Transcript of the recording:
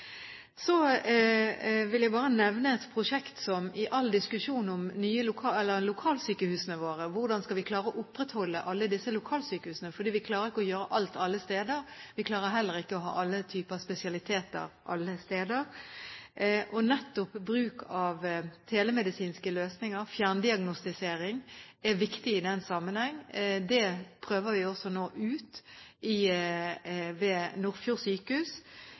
Så vil jeg bare nevne – i all diskusjonen om lokalsykehusene våre og hvordan vi skal klare å opprettholde alle disse, for vi klarer ikke å gjøre alt alle steder, og vi klarer heller ikke å ha alle typer spesialiteter alle steder – at bruk av telemedisinske løsninger, fjerndiagnostisering, er viktig i denne sammenhengen. Det prøver vi nå ut ved Nordfjord